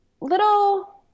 little